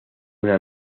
una